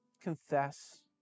Confess